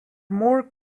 more